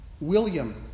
William